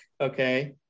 okay